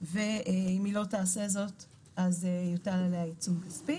ואם היא לא תעשה זאת אז יוטל עליה עיצום כספי.